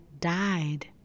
died